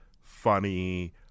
funny